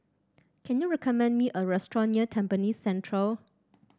can you recommend me a restaurant near Tampines Central